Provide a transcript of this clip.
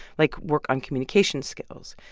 like work on communication skills.